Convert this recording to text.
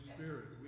Spirit